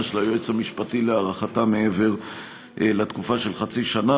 של היועץ המשפטי להארכתה מעבר לתקופה של חצי שנה.